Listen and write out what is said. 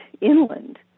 inland